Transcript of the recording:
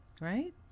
Right